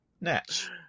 Natch